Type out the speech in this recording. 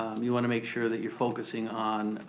um you wanna make sure that you're focusing on